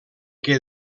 què